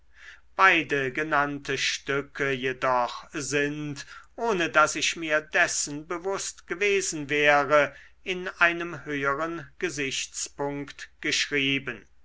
beide genannte stücke jedoch sind ohne daß ich mir dessen bewußt gewesen wäre in einem höheren gesichtspunkt geschrieben